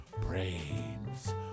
Brains